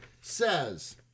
says